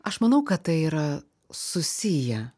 aš manau kad tai yra susiję